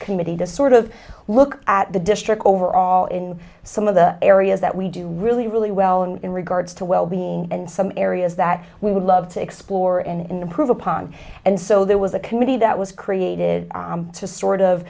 committee to sort of look at the district overall in some of the areas that we do really really well on in regards to wellbeing and some areas that we would love to explore and improve upon and so there was a committee that was created to sort of